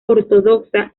ortodoxa